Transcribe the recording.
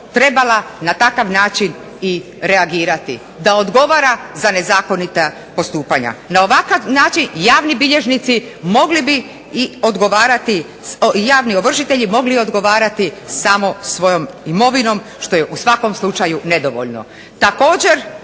trebala na takav način i reagirati da odgovara za nezakonita postupanja. Na ovakav način javni ovršitelji mogli bi i odgovarati samo svojom imovinom što je u svakom slučaju nedovoljno. Također,